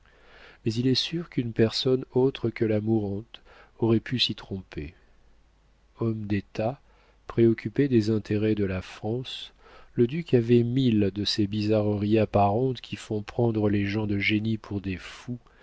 mais il est sûr qu'une personne autre que la mourante aurait pu s'y tromper homme d'état préoccupé des intérêts de la france le duc avait mille de ces bizarreries apparentes qui font prendre les gens de génie pour des fous